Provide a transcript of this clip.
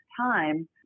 time